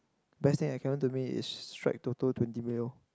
best thing that can happen to me is strike Toto twenty mil